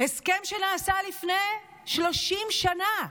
הסכם שנעשה לפני 30 שנה.